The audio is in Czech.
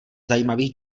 zajímavých